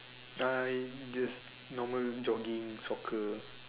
I just normal jogging soccer